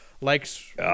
likes